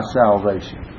salvation